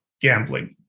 gambling